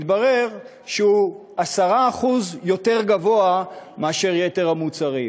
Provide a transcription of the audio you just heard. התברר שהיא גבוהה ב-10% מאשר ביתר המוצרים,